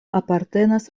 apartenas